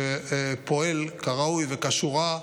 שפועל כראוי וכשורה,